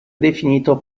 definito